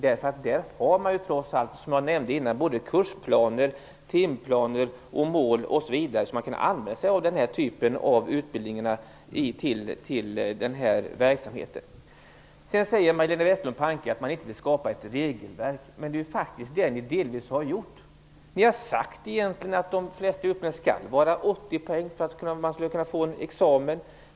Där finns ju trots allt, som jag nämnde innan, kursplaner, timplaner, mål osv. som kan användas för den här typen av utbildning och verksamhet. Majléne Westerlund Panke säger att man inte vill skapa ett regelverk. Men det är ju faktiskt delvis det ni har gjort. Ni har sagt att de flesta utbildningar skall omfatta 80 poäng för att man skall kunna få en examen.